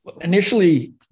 initially